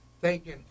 Thanking